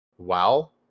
wow